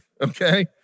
okay